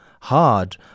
hard